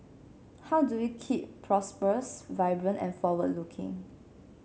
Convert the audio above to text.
how do we keep prosperous vibrant and forward looking